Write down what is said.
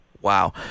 Wow